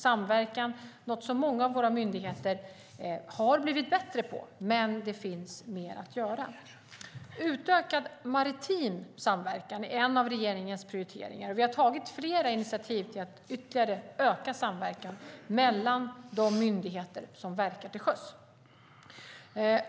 Samverkan är något som många av våra myndigheter har blivit bättre på, men det finns mer att göra. Utökad maritim samverkan är en av regeringens prioriteringar. Vi har tagit flera initiativ till att ytterligare öka samverkan mellan de myndigheter som verkar till sjöss.